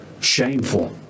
shameful